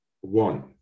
One